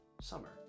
summer